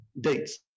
Dates